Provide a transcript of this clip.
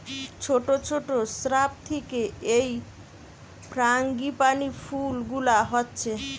ছোট ছোট শ্রাব থিকে এই ফ্রাঙ্গিপানি ফুল গুলা হচ্ছে